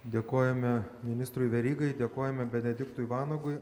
dėkojame ministrui verygai dėkojame benediktui vanagui